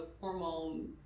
hormone